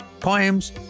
poems